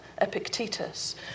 Epictetus